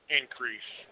increase